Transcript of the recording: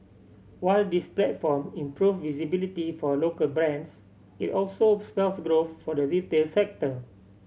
while this platform improves visibility for local brands it also spells growth for the retail sector